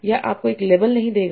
यह आपको एक लेबल नहीं देगा